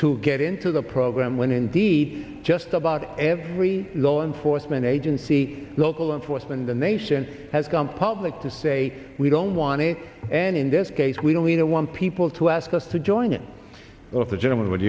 to get into the program when indeed just about every law enforcement agency local law enforcement in the nation has gone public to say we don't want it and in this case we don't we don't want people to ask us to join in with the gentleman w